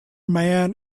man